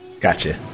Gotcha